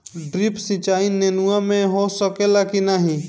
Drip सिंचाई नेनुआ में हो सकेला की नाही?